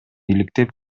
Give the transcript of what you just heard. иликтеп